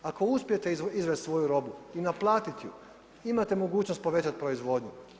Ako uspijete izvest svoju robu i naplatit ju, imate mogućnost povećati proizvodnju.